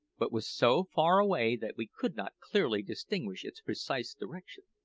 but was so far away that we could not clearly distinguish its precise direction.